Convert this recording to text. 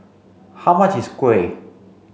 how much is Kuih